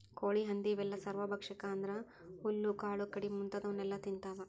ಕೋಳಿ ಹಂದಿ ಇವೆಲ್ಲ ಸರ್ವಭಕ್ಷಕ ಅಂದ್ರ ಹುಲ್ಲು ಕಾಳು ಕಡಿ ಮುಂತಾದವನ್ನೆಲ ತಿಂತಾವ